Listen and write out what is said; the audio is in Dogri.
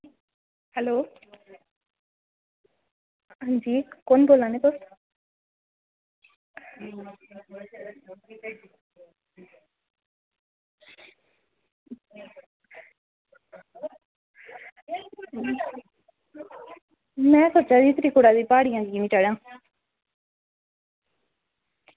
हैल्लो हां जी कुन बोला ने तुस में सोचा दी ही त्रिकुटा दियां प्हाड़ियां कीह् निं चढ़ांऽ